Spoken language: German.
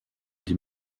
die